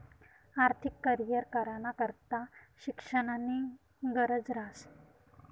आर्थिक करीयर कराना करता शिक्षणनी गरज ह्रास